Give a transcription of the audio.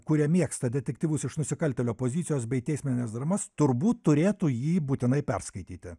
kurie mėgsta detektyvus iš nusikaltėlio pozicijos bei teismines dramas turbūt turėtų jį būtinai perskaityti